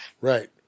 right